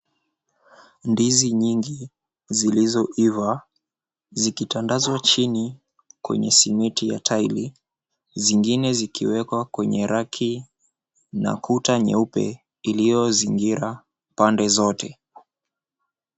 Ndizi nyingi zilizoiva zikitandazwa chini kwenye simiti ya taili zingine zikiwekwa kwenye raki na kuta nyeupe iliyozingira pande zote.